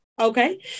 Okay